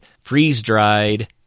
freeze-dried